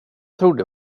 trodde